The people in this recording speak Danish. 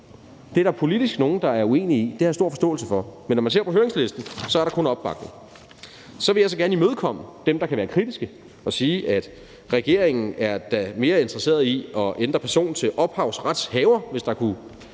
nogen der politisk er uenige i, og det har jeg stor politisk forståelse for, men når man ser på høringslisten, er der kun opbakning. Så vil jeg gerne imødekomme dem, der kan være kritiske, og sige, at regeringen da er mere interesseret i at ændre person til ophavsretshaver, hvis det kunne